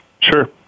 Sure